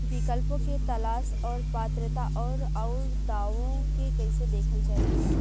विकल्पों के तलाश और पात्रता और अउरदावों के कइसे देखल जाइ?